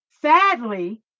sadly